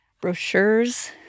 brochures